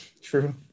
true